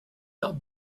not